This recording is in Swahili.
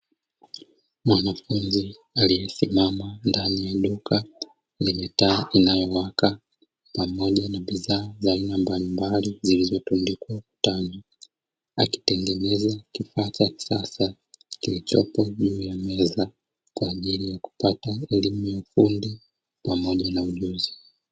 Mwanafunzi aliyesimama ndani ya duka lenye taa inayowaka, pamoja na bidhaa za aina mbalimbali zilizotundikwa ukutani, akitengeneza kifaa cha kisasa kilichopo juu ya meza, kwa ajili ya kupata elimu ya ufundi pamoja na ujuzi.